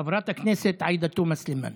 חברת הכנסת עאידה תומא סלימאן,